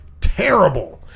terrible